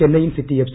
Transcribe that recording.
Chennaiyin city F